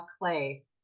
clay